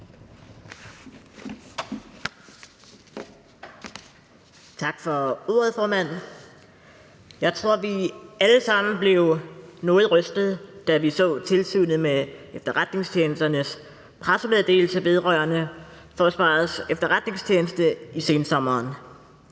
Tak for ordet, formand. Jeg tror, vi alle sammen blev noget rystede, da vi så Tilsynet med Efterretningstjenesternes pressemeddelelse vedrørende Forsvarets Efterretningstjeneste i sensommeren.